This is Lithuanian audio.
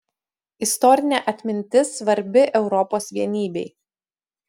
istorinė atmintis svarbi europos vienybei